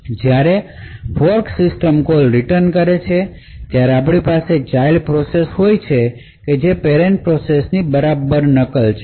જ્યારે fork system call return કરે છે ત્યારે આપણી પાસે ચાઇલ્ડ પ્રોસેસ હોય છે જે પેરેંટ પ્રોસેસ ની બરાબર નકલ છે